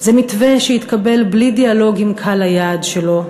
זה מתווה שהתקבל בלי דיאלוג עם קהל היעד שלו.